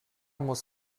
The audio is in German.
muss